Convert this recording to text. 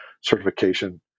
certification